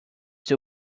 too